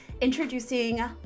Introducing